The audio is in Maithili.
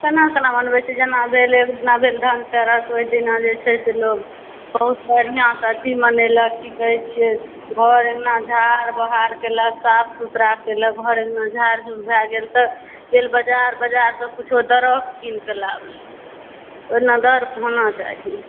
केना केना मनबै छी जेना भेल धनतेरस ओहि दिना लोक बहुत बढ़िऑंसँ एथी मनेलक की कहै छियै घर अङ्गना साफ सुथड़ा केलक झाड़ बहार केलक घर अङ्गना झाड़ झुड़ भए गेल तऽ गेल बाजार बाजारसँ किछो द्रव किन कऽ लायल ओना द्रव होना चाही